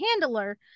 handler